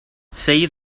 see